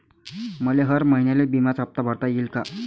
मले हर महिन्याले बिम्याचा हप्ता भरता येईन का?